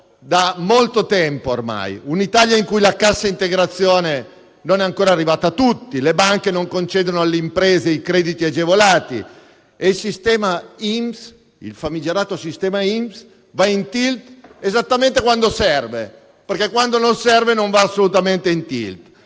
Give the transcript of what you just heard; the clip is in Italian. da molto tempo ormai); un'Italia in cui la cassa integrazione non è ancora arrivata a tutti, in cui le banche non concedono alle imprese i crediti agevolati e il sistema INPS (il famigerato sistema INPS) va in *tilt* esattamente quando serve, perché quando non serve non va affatto in *tilt*;